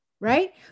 right